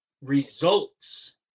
results